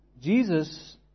Jesus